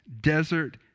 desert